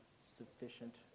sufficient